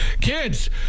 kids